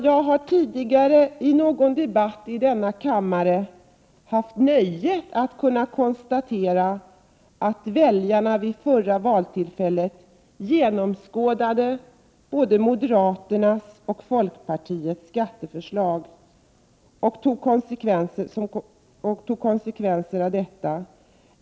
Jag har tidigare i någon debatt i denna kammare haft nöjet att kunna konstatera att väljarna vid det förra valtillfället genomskådade både moderaternas och folkpartiets skatteförslag och tog konsekvenserna av detta.